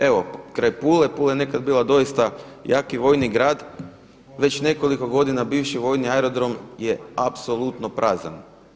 Evo kraj Pule, Pula je nekad bila doista jaki vojni grad, već nekoliko godina bivši vojni aerodrom je apsolutno prazan.